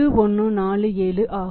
8147 ஆகும்